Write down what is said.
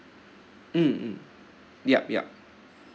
mmhmm yup yup